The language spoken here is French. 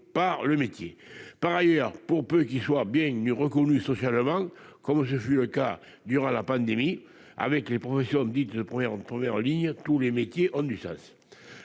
par le métier ». Pour peu qu'ils soient bien mieux reconnus socialement, comme ce fut le cas durant la pandémie avec les professions dites de première ligne, tous les métiers ont du sens.